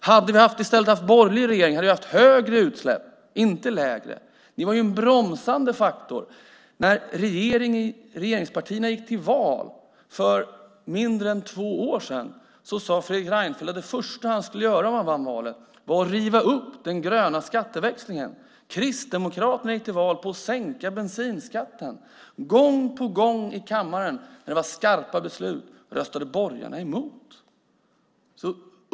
Om vi i stället hade haft en borgerlig regering hade vi haft större utsläpp inte mindre. Ni var en bromsande faktor. När regeringspartierna gick till val för två år sedan sade Fredrik Reinfeldt att det första som han skulle göra om han vann valet var att riva upp den gröna skatteväxlingen. Kristdemokraterna gick till val på att sänka bensinskatten. Gång på gång i kammaren när det skulle fattas skarpa beslut röstade borgarna emot.